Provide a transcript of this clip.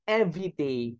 everyday